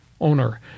owner